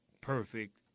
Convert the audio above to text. perfect